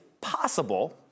possible